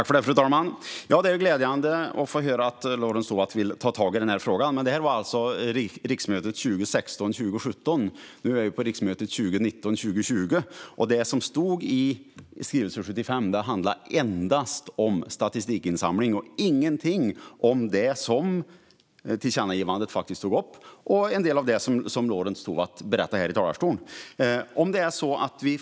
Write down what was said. Fru talman! Det är glädjande att höra att Lorentz Tovatt vill ta tag i den här frågan. Men detta var alltså riksmötet 2016 20, och det som stod i skrivelse 75 handlar endast om statistikinsamling och inte alls om det som tillkännagivandet tog upp och som Lorentz Tovatt berättar en del om här i talarstolen.